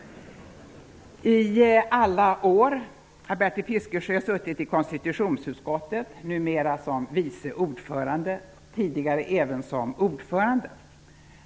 I alla år har Bertil Fiskesjö suttit i konstitutionsutskottet, numera som vice ordförande, tidigare även som ordförande.